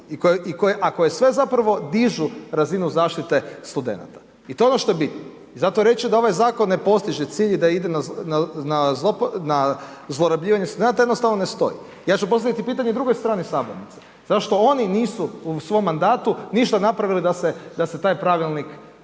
a koje sve zapravo dižu razinu zaštite studenata i to je ono što je bitno. I zato reći da ovaj zakon ne postiže cilj i da ide na zlorabljivanje, to jednostavno ne stoji. Ja ću postaviti pitanje drugoj strani sabornice, zašto oni nisu u svom mandatu ništa napravili da se taj pravilnik